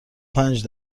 پنج